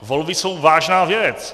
Volby jsou vážná věc.